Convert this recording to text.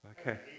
Okay